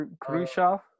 Khrushchev